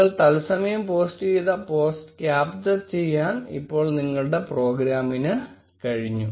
നിങ്ങൾ തത്സമയം പോസ്റ്റ് ചെയ്ത പോസ്റ്റ് ക്യാപ്ചർ ചെയ്യാൻ ഇപ്പോൾ നിങ്ങളുടെ പ്രോഗ്രാമിന് കഴിഞ്ഞു